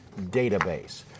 database